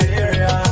area